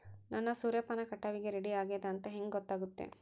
ನನ್ನ ಸೂರ್ಯಪಾನ ಕಟಾವಿಗೆ ರೆಡಿ ಆಗೇದ ಅಂತ ಹೆಂಗ ಗೊತ್ತಾಗುತ್ತೆ?